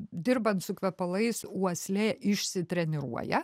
dirbant su kvepalais uoslė išsitreniruoja